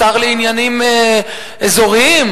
השר לעניינים אזוריים,